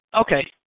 Okay